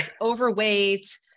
overweight